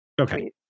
Okay